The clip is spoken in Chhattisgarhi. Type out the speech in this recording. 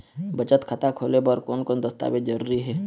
बचत खाता खोले बर कोन कोन दस्तावेज जरूरी हे?